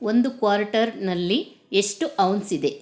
ಒಂದು ಕ್ವಾರ್ಟರ್ನಲ್ಲಿ ಎಷ್ಟು ಔನ್ಸ್ ಇದೆ